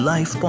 Life